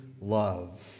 love